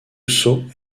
sow